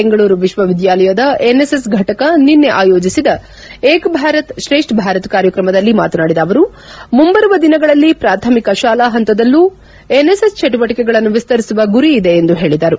ಬೆಂಗಳೂರು ವಿಶ್ವವಿದ್ಯಾಲಯದ ಎನ್ಎಸ್ಎಸ್ ಫಟಕ ನಿನ್ನೆ ಆಯೋಜಿಸಿದ ಏಕಭಾರತ್ ಶ್ರೇಷ್ಠ ಭಾರತ್ ಕಾರ್ಯಕ್ರಮದಲ್ಲಿ ಮಾತನಾಡಿದ ಅವರು ಮುಂಬರುವ ದಿನಗಳಲ್ಲಿ ಪ್ರಾಥಮಿಕ ಶಾಲಾ ಹಂತದಲ್ಲೂ ಎನ್ಎಸ್ಎಸ್ ಚಟುವಟಿಕೆಗಳನ್ನು ವಿಸ್ತರಿಸುವ ಗುರಿ ಇದೆ ಎಂದು ಹೇಳಿದರು